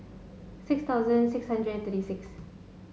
six thousand six hundred thirty six